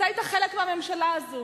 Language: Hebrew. אתה היית חלק מהממשלה הזו,